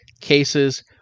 cases